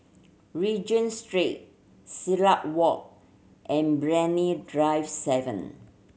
Regent Street Silat Walk and Brani Drive Seven